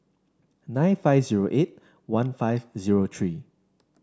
nine five zero eight one five zero three